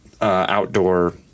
outdoor